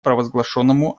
провозглашенному